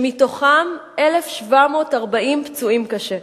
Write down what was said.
שמתוכם 1,740 פצועים קשה.